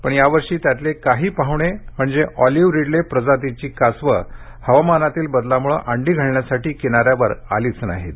पण यावर्षी त्यातले काही पाहणे म्हणजे ऑलिव रिडले प्रजातीची कासवं हवामानातील बदलामुळे अंडी घालण्यासाठी किनाऱ्यांवर आलीच नाहीत